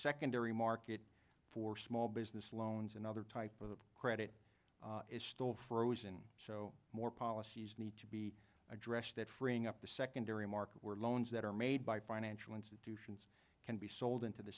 secondary market for small business loans and other type of credit is still frozen more policies need to be addressed that freeing up the secondary market where loans that are made by financial institutions can be sold into the